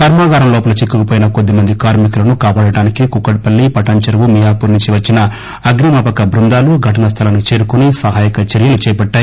కర్మాగారం లోపల చిక్కుకుపోయిన కొద్దిమంది కార్మి కులను కాపాడటానికి కూకట్ పల్లి పటాన్ చెరువు మియాపూర్ నుండి వచ్చిన అగ్ని మాపక బృందాలు ఘటన స్లలానికి చేరుకుని సహాక చర్యలు చేపట్ణాయి